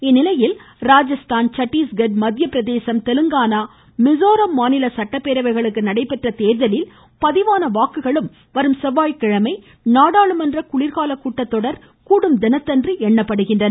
இதனிடையே இராஜஸ்தான் சட்டீஸ்கட் மத்தியப்பிரதேசம் தெலுங்கானா மிசோரம் மாநில சட்டப்பேரவைகளுக்கு நடைபெற்ற தேர்தலில் பதிவான வாக்குகளும் வரும் செவ்வாய்கிழமை நாடாளுமன்ற குளிர்கால கூட்டத்தொடர் கூடும் தினத்தன்று எண்ணப்படுகின்றன